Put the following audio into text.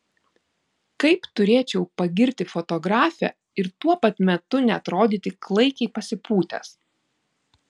kaip turėčiau pagirti fotografę ir tuo pat metu neatrodyti klaikiai pasipūtęs